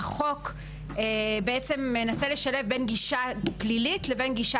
החוק מנסה לשלב בין גישה פלילית לבין גישה